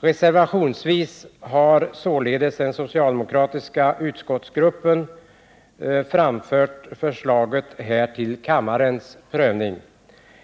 Reservationsvis har således den socialdemokratiska utskottsgruppen framfört detta förslag till kammarens prövning.